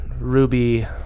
Ruby